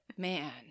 Man